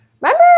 remember